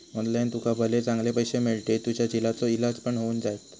online तुका भले चांगले पैशे मिळतील, तुझ्या झिलाचो इलाज पण होऊन जायत